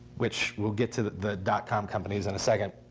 which we'll get to the dot-com companies in a second.